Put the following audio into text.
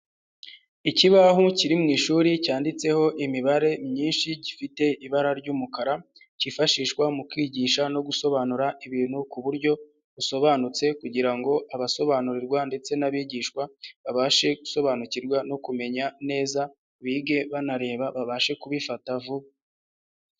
Ikibaho kiri mu ishuri cyanditseho imibare myinshi gifite ibara ry'umukara kifashishwa mu kwigisha no gusobanura ibintu ku buryo busobanutse kugira ngo abasobanurirwa ndetse n'abigishwa babashe gusobanukirwa no kumenya neza bige banareba babashe kubifata vuba.